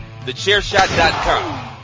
TheChairShot.com